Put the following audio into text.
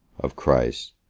of christ,